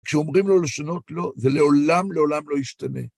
כשאומרים לו לשנות לו, זה לעולם, לעולם לא ישתנה.